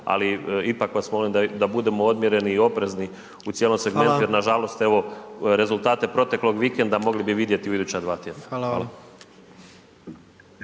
ali ipak vas molim da budemo odmjereni i oprezni u cijelom segmentu jer nažalost proteklog vikenda mogli bi vidjet u iduća dva tjedna. Hvala.